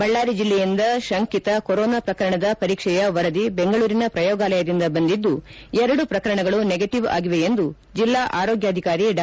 ಬಳ್ಳಾರಿ ಜಿಲ್ಲೆಯಿಂದ ಶಂಕಿತ ಕೊರೋನಾ ಪ್ರಕರಣದ ಪರೀಕ್ಷೆಯ ವರದಿ ಬೆಂಗಳೂರಿನ ಪ್ರಯೋಗಾಲಯದಿಂದ ಬಂದಿದ್ದು ಎರಡು ಪ್ರಕರಣಗಳು ನೆಗೆಟಿವ್ ಆಗಿವೆ ಎಂದು ಜಿಲ್ಲಾ ಆರೋಗ್ಡಾಧಿಕಾರಿ ಡಾ